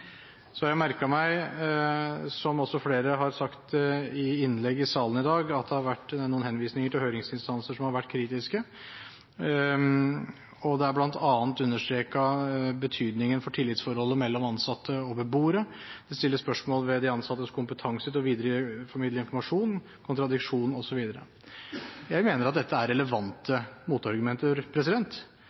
Så har jeg merket meg, som også flere har sagt i innlegg i salen i dag, at det har vært noen henvisninger til høringsinstanser som har vært kritiske. Det er bl.a. understreket betydningen dette har for tillitsforholdet mellom ansatte og beboere. Det stilles spørsmål ved de ansattes kompetanse til å videreformidle informasjon, kontradiksjon, osv. Jeg mener at dette er relevante motargumenter,